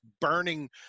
burning